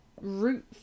root